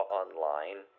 online